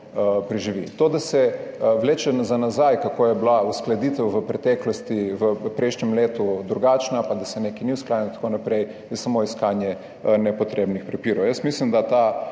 preživi. To, da se vleče za nazaj, kako je bila uskladitev v preteklosti, v prejšnjem letu drugačna in da se nekaj ni uskladilo in tako naprej, je samo iskanje nepotrebnih prepirov. Jaz mislim, da ta